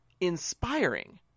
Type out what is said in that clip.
inspiring